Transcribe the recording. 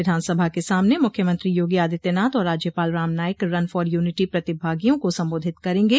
विधानसभा के सामने मुख्यमंत्री योगी आदित्यनाथ और राज्यपाल Ram Naik run for unity प्रतिभागियों को संबोधित करेंगे